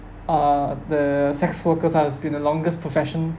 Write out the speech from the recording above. uh the sex workers uh has been the longest profession